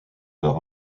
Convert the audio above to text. par